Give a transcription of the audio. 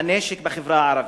הנשק בחברה הערבית.